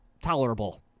tolerable